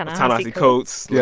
and ta-nehisi coates yeah